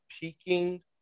peaking